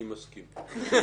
אני מסכים.